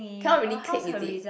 cannot really click is it